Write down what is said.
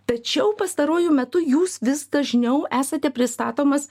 tačiau pastaruoju metu jūs vis dažniau esate pristatomas